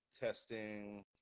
testing